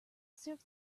serve